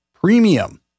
premium